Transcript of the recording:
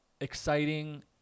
exciting